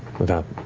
without